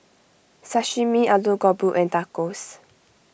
Sashimi Alu Gobi and Tacos